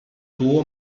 tuvo